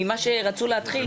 ממה שרצו להתחיל,